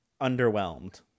underwhelmed